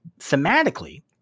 thematically